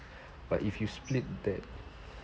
but if you split that